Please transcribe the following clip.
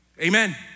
Amen